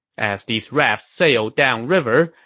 as these rafts sailed down river,